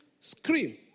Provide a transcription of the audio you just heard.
scream